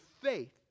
faith